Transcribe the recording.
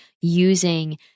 using